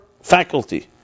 faculty